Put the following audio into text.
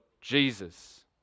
Jesus